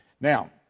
Now